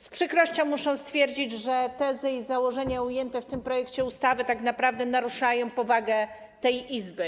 Z przykrością muszę stwierdzić, że tezy i założenia ujęte w tym projekcie ustawy tak naprawdę naruszają powagę tej Izby.